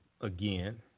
again